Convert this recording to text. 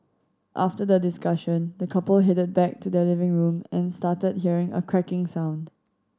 after the discussion the couple headed back to their living room and started hearing a cracking sound